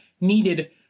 needed